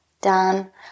done